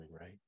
right